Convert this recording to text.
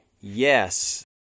Yes